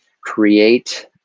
create